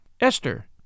Esther